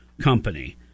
company